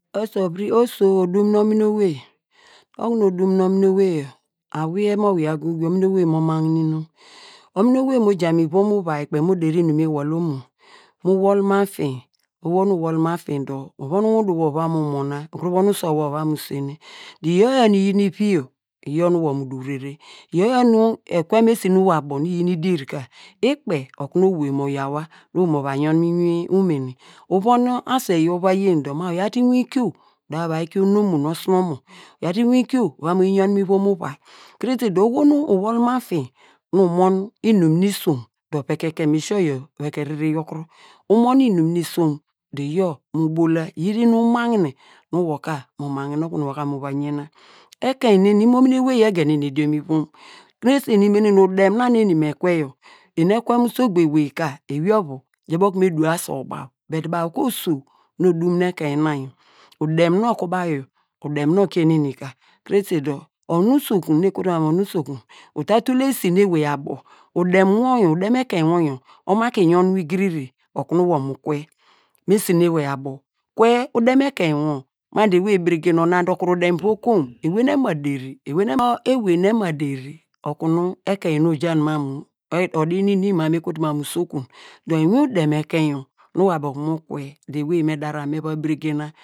Oso viri, oso odum nu omim owei, okunu odum nu anuni owe yor, awiye mo wiya goge omini owei mo magru inumi omini owei nu mo ja mu wim iwai kpe mo deri inum nu mi wol la omo mu wol mu afin, oho nu iwol mu afin dor, uvon uwandu wor uva mu swene dor iyor yor nu ujin ivi yor, iyor mi wor mu duw rere, iyor yor nu wor abo nu iyin idier ka ikpe okunu owei mo yaw wa mo va yun mu umene, uvon aswei yor uva yen dor ma uyaw te inwinkio uda va kie onomo nu osinomo, uyai te inwinkio uvai te mu yon mu ivom uvai, krese dor, oho nu unol mu afin nu umon inum nu isom dor, vekeke mu esio yor, vekeke rere yorkuro, umon inum nu isom dor iyor mu bola, iyor iyi te inum magne nu wor ka mu magne ma dor mu va yena ekein nem momini ewey egen eni edioni ke mu ivom, krese nu imenen mam mu udem na nu eni me kwe yor eni ekwe mu usogbo ewey ka ewey ovu eya ubo okunu me duwe asow baw, dor baw ku oso nu odum nu ekun na yor, udem nu oku baw yor udem nu okien nu em ka, krese dor onu usokun nu ekutu mam mu usokun uta tul te esi nu ewey abo udem wor yor, udem ekein wor yor oman ku oyun wor igiriri okunu wor mu kwe mu esi nu ewey abo, kwe udem ekein wor ma dor ewey eberegen nor, ona dor kuru udem vo komi ewey nu ema deri okunu ekein nu eja mam nu odi nu mi mam mu me kotua mu usokun, dor inwin udem ekein yor nu uwor abo okunu mu kwe dor ewey me darn me va beregen.